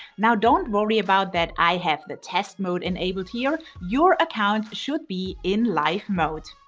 now, don't worry about that i have the test mode enabled here. your account should be in live mode.